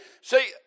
see